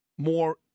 more